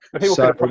people